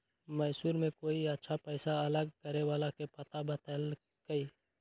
मैसूर में कोई अच्छा पैसा अलग करे वाला के पता बतल कई